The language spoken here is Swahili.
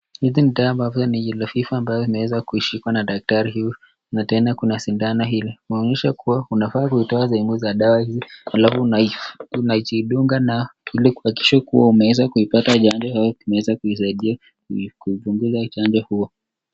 Hizi ni dawa ambavyo ni yellow fever, ambao unaweza kushikwa na daktari huu na tena kuna shindano ile, unaonyesha kuwa, unafaa kutoa sehemu za dawa hii alafu unajidunga nao ilikuhakikisha kuwa umeweza kuipata chanjo au imeweza kusaidia kuipunguza chanjo huo.